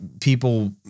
people